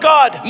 God